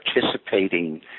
participating